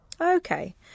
Okay